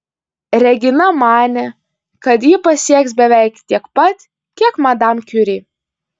regina manė kad ji pasieks beveik tiek pat kiek madam kiuri